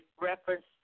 reference